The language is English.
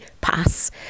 pass